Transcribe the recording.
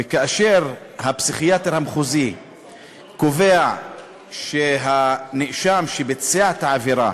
וכאשר הפסיכיאטר המחוזי קובע שהנאשם שביצע את העבירה